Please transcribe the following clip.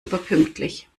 überpünktlich